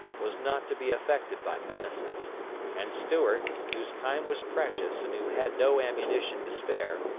was not to be affected by menaces and stuart, whose time was precious and who had no ammunition to spare,